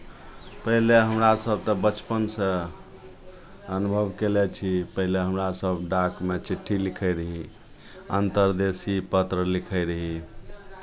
पहिले हमरा सभ तऽ बचपनसँ अनुभव कयने छी पहिले हमरा सभ डाकमे चिट्ठी लिखैत रही अन्तर्देशीय पत्र लिखैत रही